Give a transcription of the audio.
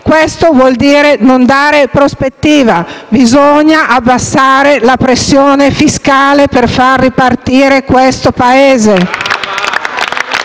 Questo vuol dire non dare prospettiva; bisogna diminuire la pressione fiscale per far ripartire questo Paese.